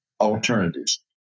alternatives